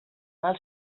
mal